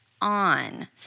on